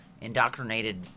indoctrinated